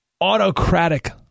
autocratic